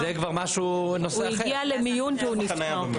הגיע למיון ונפטר.